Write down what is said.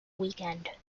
weekend